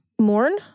Mourn